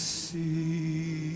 see